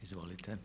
Izvolite.